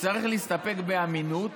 שצריך להסתפק באמינות,